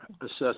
assess